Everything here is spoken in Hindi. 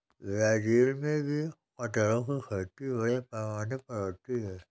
ब्राज़ील में भी कटहल की खेती बड़े पैमाने पर होती है